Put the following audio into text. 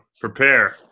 prepare